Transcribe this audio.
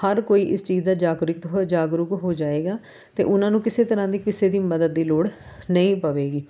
ਹਰ ਕੋਈ ਇਸ ਚੀਜ਼ ਦਾ ਜਾਗੂਰਿਕਤ ਹੋ ਜਾਗਰੂਕ ਹੋ ਜਾਏਗਾ ਅਤੇ ਉਹਨਾਂ ਨੂੰ ਕਿਸੇ ਤਰ੍ਹਾਂ ਦੀ ਕਿਸੇ ਦੀ ਮੱਦਦ ਦੀ ਲੋੜ ਨਹੀਂ ਪਵੇਗੀ